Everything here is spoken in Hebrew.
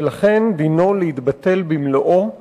ולכן דינו להתבטל במלואו ומייד.